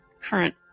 current